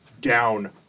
down